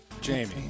Jamie